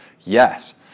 Yes